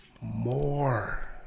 more